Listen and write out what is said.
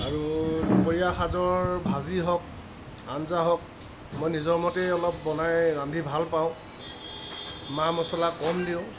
আৰু দুপৰীয়া সাজৰ ভাজি হওক আঞ্জা হওক মই নিজৰ মতেই অলপ বনাই ৰান্ধি ভাল পাওঁ মা মছলা কম দিওঁ